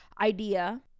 idea